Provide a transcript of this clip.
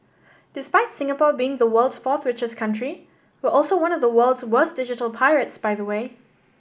despite Singapore being the world's fourth richest country we're also one of the world's worst digital pirates by the way